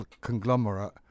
conglomerate